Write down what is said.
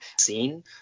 scene